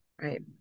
Right